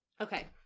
Okay